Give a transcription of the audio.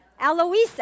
Aloisa